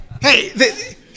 Hey